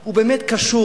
הוא באמת קשור.